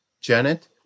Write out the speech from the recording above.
Janet